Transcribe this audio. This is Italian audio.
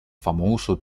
famoso